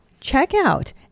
checkout